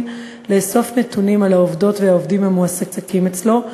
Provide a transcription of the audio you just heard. לאסוף נתונים על העובדות והעובדים המועסקים אצלו,